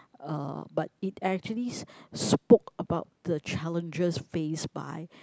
uh but it actually spoke about the challenges faced by